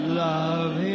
love